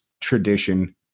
tradition